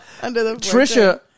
Trisha